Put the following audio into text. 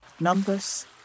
Numbers